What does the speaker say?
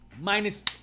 Minus